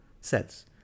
cells